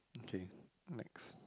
okay next